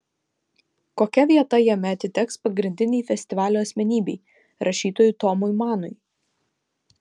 kokia vieta jame atiteks pagrindinei festivalio asmenybei rašytojui tomui manui